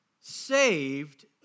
saved